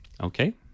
Okay